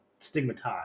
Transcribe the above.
stigmatized